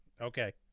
Okay